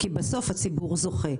בסוף הציבור זוכה.